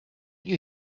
you